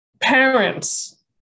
parents